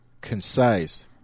concise